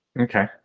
Okay